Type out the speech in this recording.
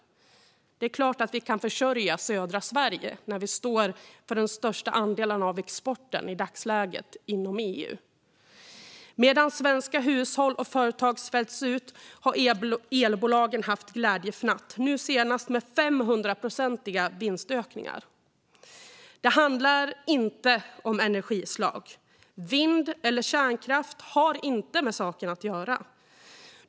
Det är klart att vi kan försörja södra Sverige när vi i dagsläget står för den största andelen av exporten inom EU. Medan svenska hushåll och företag svälts ut har elbolagen haft glädjefnatt, nu senast med 500-procentiga vinstökningar. Det handlar inte om energislag. Vind eller kärnkraft har inte med saken att göra.